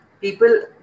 people